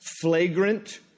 flagrant